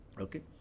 Okay